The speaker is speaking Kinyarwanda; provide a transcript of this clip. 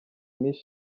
miss